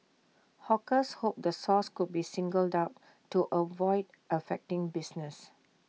hawkers hoped the source could be singled out to avoid affecting business